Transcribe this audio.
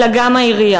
אלא גם העירייה.